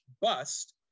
bust